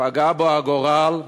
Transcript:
פגע בו הגורל,